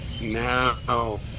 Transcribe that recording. No